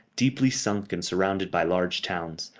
deeply sunk and surrounded by large towns,